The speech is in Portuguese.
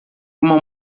uma